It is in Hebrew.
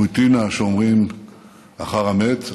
רוטינה שאומרים אחר המת,